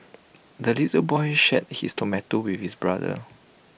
the little boy shared his tomato with his brother